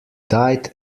died